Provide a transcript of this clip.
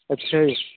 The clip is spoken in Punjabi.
ਅੱਛਾ ਜੀ